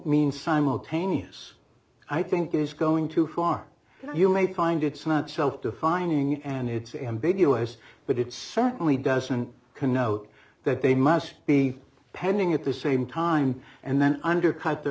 means simultaneous i think is going to harm you may find it's not so defining and it's ambiguous but it certainly doesn't connote that they must be pending at the same time and then undercut